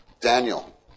Daniel